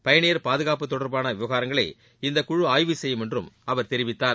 பயணியர் பாதுகாப்பு தொடர்பான விவகாரங்களை இந்தக் குழு ஆய்வு செய்யும் என்றும் அவர் தெரிவித்தார்